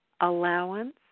allowance